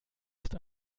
ist